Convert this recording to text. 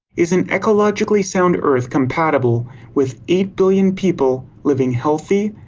is an ecologically sound earth compatible with eight billion people living healthy,